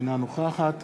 אינה נוכחת